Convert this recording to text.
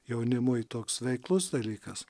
jaunimui toks veiklus dalykas